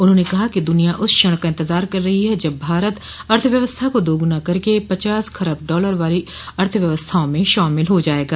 उन्होंने कहा कि दुनिया उस क्षण का इंतजार कर रही है जब भारत अर्थव्यवस्था को दोगुना करके पचास खरब डॉलर वाली अर्थव्यवस्थाओं में शामिल हो जाएगा